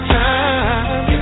time